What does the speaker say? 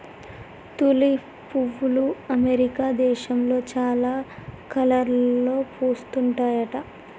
tulip పువ్వులు America దేశంలో చాలా కలర్లలో పూస్తుంటాయట